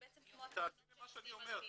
תאזין למה שאני אומר.